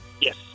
Yes